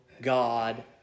God